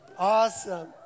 Awesome